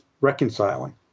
reconciling